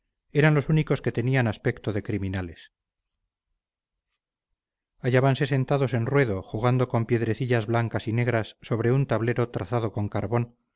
eran los únicos que tenían aspecto de criminales hallábanse sentados en ruedo jugando con piedrecillas blancas y negras sobre un tablero trazado con carbón